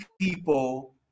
people